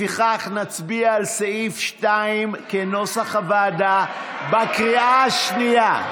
לפיכך נצביע על סעיף 2 כנוסח הוועדה בקריאה השנייה.